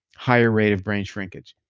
higher rate of brain shrinkage.